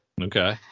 Okay